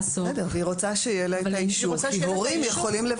והיא רוצה שיהיה לה את האישור כי הורים יכולים לבקש להציג אותו.